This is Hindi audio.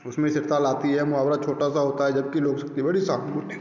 उसमें से ताल आती है मुहावरा छोटा सा होता है जबकि लोग उसकी बड़ी